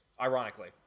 Ironically